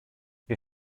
wir